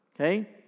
Okay